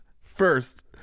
first